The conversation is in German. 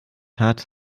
hat